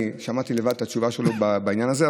שמעתי לבד את התשובה שלו בעניין הזה.